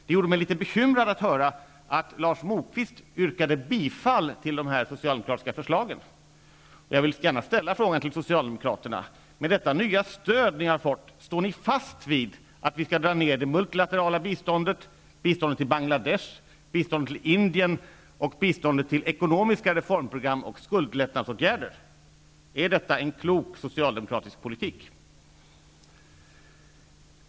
Det gjorde mig litet bekymrad att Lars Moquist yrkade bifall till dessa socialdemokratiska förslag. Socialdemokraterna. Med detta nya stöd som de har fått undrar jag om de står fast vid att det multilaterala biståndet, biståndet till Bangladesh, biståndet till Indien och biståndet till ekonomiska reformprogram och skuldlättnadsåtgärder skall dras ned. Är detta en klok socialdemokratisk politik?